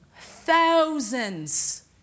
thousands